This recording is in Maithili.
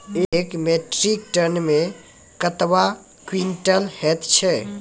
एक मीट्रिक टन मे कतवा क्वींटल हैत छै?